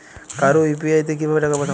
কারো ইউ.পি.আই তে কিভাবে টাকা পাঠাবো?